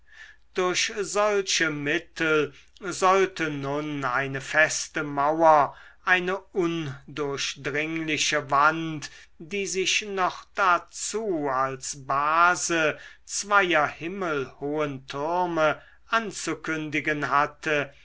durch solche mittel sollte nun eine feste mauer eine undurchdringliche wand die sich noch dazu als base zweier himmelhohen türme anzukündigen hatte